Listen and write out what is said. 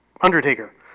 Undertaker